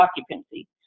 occupancy